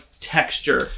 texture